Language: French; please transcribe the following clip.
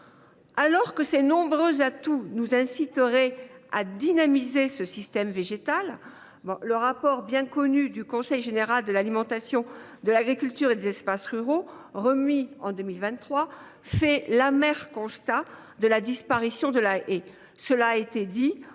Alors que ses nombreux atouts nous inciteraient à dynamiser ce système végétal, un rapport bien connu du Conseil général de l’alimentation, de l’agriculture et des espaces ruraux (CGAAER), publié en 2023, dresse l’amer constat de la disparition de la haie.